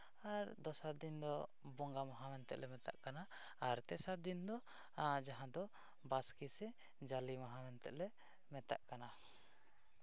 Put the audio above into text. ᱟᱨ ᱫᱚᱥᱟᱨ ᱫᱤᱱ ᱫᱚ ᱵᱚᱸᱜᱟ ᱢᱟᱦᱟ ᱢᱮᱱᱛᱮ ᱞᱮ ᱢᱮᱛᱟᱜ ᱠᱟᱱᱟ ᱟᱨ ᱛᱮᱥᱟᱨ ᱫᱤᱱ ᱫᱚ ᱡᱟᱦᱟᱸ ᱫᱚ ᱵᱟᱥᱠᱮ ᱥᱮ ᱡᱟᱞᱮ ᱢᱟᱦᱟ ᱢᱮᱱᱛᱮ ᱞᱮ ᱢᱮᱛᱟᱜ ᱠᱟᱱᱟ